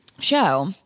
Show